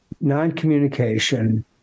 non-communication